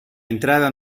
entrada